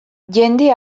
jende